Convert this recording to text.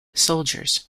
soldiers